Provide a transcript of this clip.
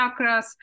chakras